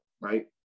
right